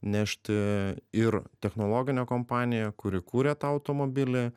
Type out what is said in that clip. nešti ir technologinė kompanija kuri kūrė tą automobilį